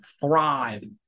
thrive